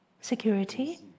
security